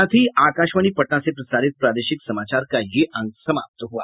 इसके साथ ही आकाशवाणी पटना से प्रसारित प्रादेशिक समाचार का ये अंक समाप्त हुआ